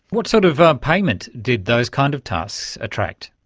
what sort of ah payment did those kind of tasks attract?